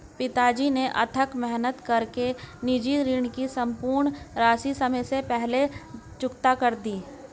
पिताजी ने अथक मेहनत कर के निजी ऋण की सम्पूर्ण राशि समय से पहले चुकता कर दी